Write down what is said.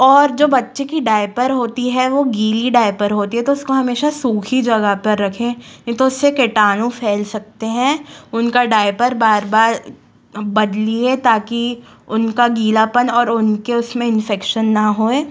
और जो बच्चे की डायपर होती है वो गीली डायपर होती है तो उसको हमेशा सूखी जगह पर रखें नहीं तो उससे कीटाणु फै़ल सकते हैं उनका डायपर बार बार बदलिए ताकि उनका गीलापन और उनके उसमें इंफेक्शन ना होए